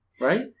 Right